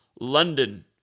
London